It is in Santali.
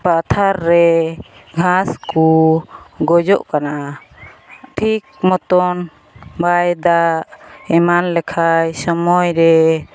ᱯᱟᱛᱷᱟᱨ ᱨᱮ ᱜᱷᱟᱥᱠᱚ ᱜᱚᱡᱚᱜ ᱠᱟᱱᱟ ᱴᱷᱤᱠ ᱢᱚᱛᱚᱱ ᱵᱟᱭ ᱫᱟᱜ ᱮᱢᱟᱱ ᱞᱮᱠᱷᱟᱱ ᱥᱚᱢᱚᱭᱨᱮ